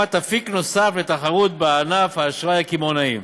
הקמת אפיק נוסף לתחרות בענף האשראי הקמעונאי.